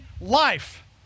life